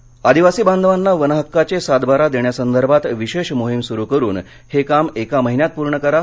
मुख्यमंत्री आदिवासी बांधवांना वनहक्काचे सातबारा देण्यासंदर्भात विशेष मोहीम सुरु करुन हे काम एका महिन्यात पूर्ण करा